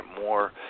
more